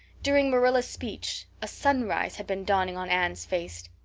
during marilla's speech a sunrise had been dawning on anne's face.